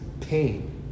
pain